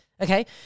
okay